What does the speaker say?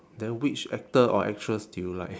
then which actor or actress do you like